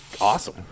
awesome